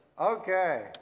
Okay